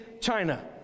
China